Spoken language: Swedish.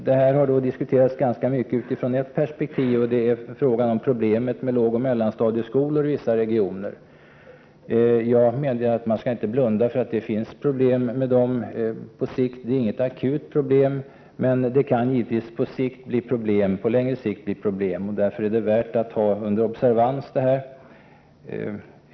Detta har debatterats ganska mycket utifrån ett perspektiv, nämligen problemet med lågoch mellanstadieskolor i vissa regioner. Jag medger att man inte skall blunda för att det finns problem med dem. Det är ingenting akut, men på sikt kan det givetvis bli problem, och därför är detta värt att ha under observans.